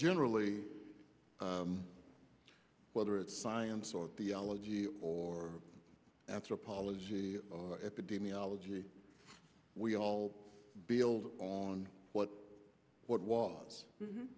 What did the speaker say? generally whether it's science or the elegy or after apology or epidemiology we all build on what what was